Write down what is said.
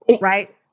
right